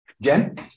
jen